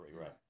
right